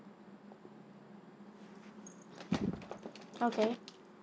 okay